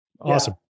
awesome